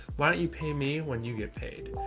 why don't you pay me when you get paid?